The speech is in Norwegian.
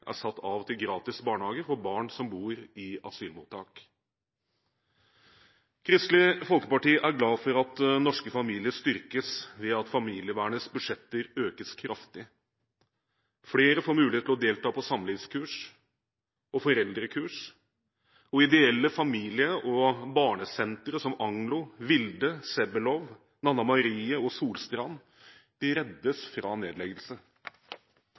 er satt av til gratis barnehage for barn som bor i asylmottak. Kristelig Folkeparti er glad for at norske familier styrkes ved at familievernets budsjetter økes kraftig. Flere får mulighet til å delta på samlivskurs og foreldrekurs, og ideelle familie- og barnesentre som Aglo, Vilde, Sebbelow, Nanna-Marie og Solstrand reddes fra nedleggelse.